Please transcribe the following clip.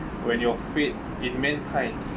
when you're afraid in mankind